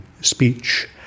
speech